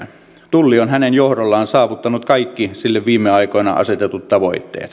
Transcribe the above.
tulli on hänen johdollaan saavuttanut kaikki sille viime aikoina asetetut tavoitteet